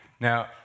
Now